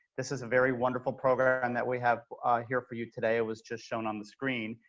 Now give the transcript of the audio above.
this is a very wonderful program and that we have here for you today. it was just shown on the screen.